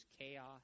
chaos